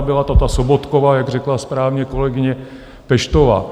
Byla to ta Sobotkova, jak řekla správně kolegyně Peštová.